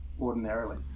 ordinarily